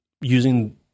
using